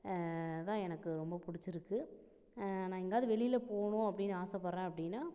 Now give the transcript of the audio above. அதான் எனக்கு ரொம்ப பிடிச்சிருக்கு நான் எங்கேயாவது வெளியில போகனும் அப்படின்னு ஆசைப்படுறேன் அப்படினா